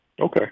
Okay